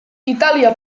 itàlia